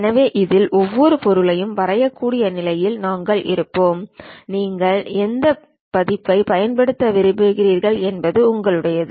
எனவே இதில் எந்தவொரு பொருளையும் வரையக்கூடிய நிலையில் நாங்கள் இருப்போம் நீங்கள் எந்த பதிப்பைப் பயன்படுத்த விரும்புகிறீர்கள் என்பது உங்களுடையது